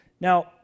Now